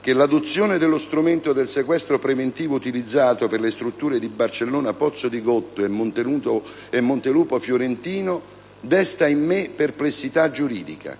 che l'adozione dello strumento del sequestro preventivo utilizzato per le strutture di Barcellona Pozzo di Gotto e Montelupo Fiorentino desta in me perplessità giuridica,